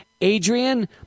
Adrian